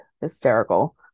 hysterical